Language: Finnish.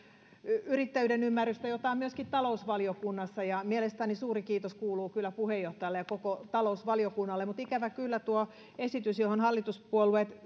yrittäjyyden ymmärrystä jota on myöskin talousvaliokunnassa ja mielestäni suuri kiitos kuuluu kyllä puheenjohtajalle ja koko talousvaliokunnalle mutta ikävä kyllä tuo esitys johon hallituspuolueet